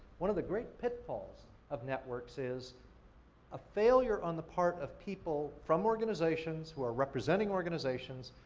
one of the great pitfalls of networks is a failure on the part of people from organizations, who are representing organizations,